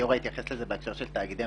גיורא התייחס לזה בהקשר של תאגידי